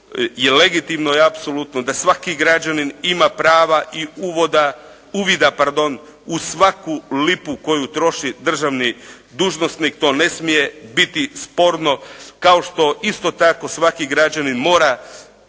legitimno je da apsolutno da svaki građanin ima prava i uvida u svaku lupu koju troši državni dužnosnik, to ne smije biti sporno, kao što isto tako svaki građanin mora